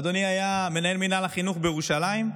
אדוני היה מנהל מינהל החינוך בירושלים.